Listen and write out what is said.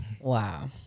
wow